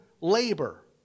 labor